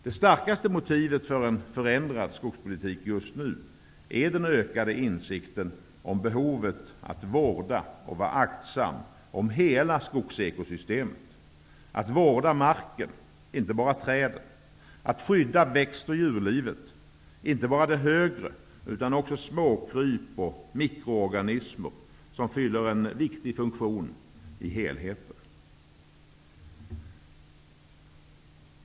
Det starkaste motivet för en förändrad skogspolitik just nu är den ökade insikten om behovet av att vårda och vara aktsam om hela skogsekosystemet, att vårda marken, inte bara träden, samt att skydda växt och djurlivet, inte bara det högre utan också småkryp och mikroorganismer som fyller en viktig funktion sett till helheten.